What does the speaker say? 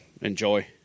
Enjoy